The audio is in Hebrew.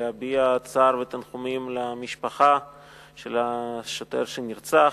להביע צער ותנחומים למשפחה של השוטר שנרצח,